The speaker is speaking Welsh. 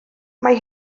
mae